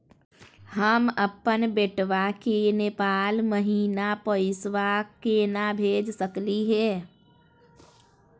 हम अपन बेटवा के नेपाल महिना पैसवा केना भेज सकली हे?